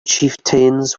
chieftains